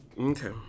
Okay